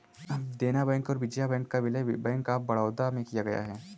देना बैंक और विजया बैंक का विलय बैंक ऑफ बड़ौदा में किया गया है